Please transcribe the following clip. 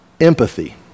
empathy